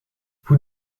vous